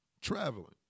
traveling